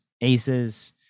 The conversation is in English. aces